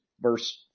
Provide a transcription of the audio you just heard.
verse